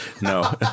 no